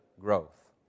growth